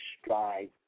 strive